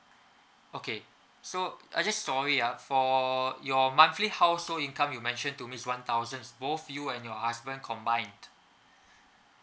okay so I just sorry ah for your monthly household income you mention to me is one thousands both you and your husband combined